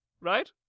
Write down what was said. right